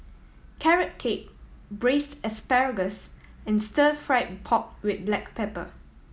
Carrot Cake Braised Asparagus and Stir Fried Pork With Black Pepper